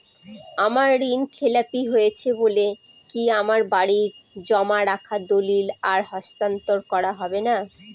আমার ঋণ খেলাপি হয়েছে বলে কি আমার বাড়ির জমা রাখা দলিল আর হস্তান্তর করা হবে না?